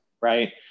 right